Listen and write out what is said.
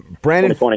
Brandon